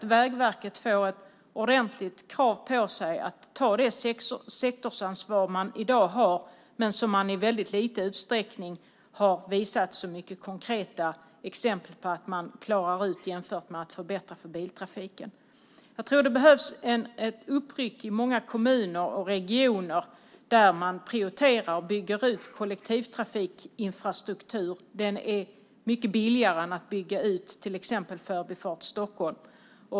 Vägverket måste få ett ordentligt krav på sig att ta det sektorsansvar man i dag har men som man i väldigt liten utsträckning har visat några konkreta exempel på att man klarar av jämfört med att förbättra för biltrafiken. Jag tror att det behövs en uppryckning i många kommuner och regioner där man prioriterar och bygger ut kollektivtrafikinfrastruktur. Det är mycket billigare än att bygga ut till exempel Förbifart Stockholm.